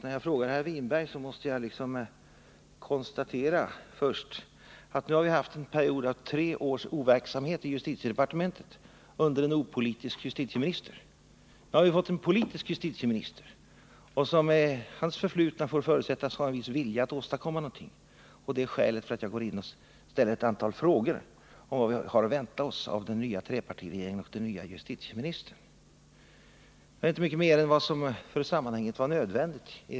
När jag frågar herr Winberg måste jag först konstatera att vi har haft en period av tre års overksamhet i justitiedepartementet under en opolitisk justitieminister och att vi nu har fått en politisk justitieminister. Med sitt förflutna får den nye justitieministern antas ha en vilja att åstadkomma någonting, och det är skälet till att jag går in och ställer ett antal frågor om vad vi har att vänta oss av den nya trepartiregeringen och Håkan Winberg. Jag sade inte mer om Sven Romanus än vad som för sammanhanget var nödvändigt.